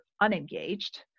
unengaged